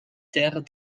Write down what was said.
terres